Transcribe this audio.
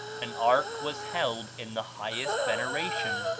an ark was held in the highest veneration,